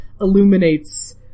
illuminates